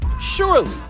surely